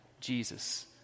Jesus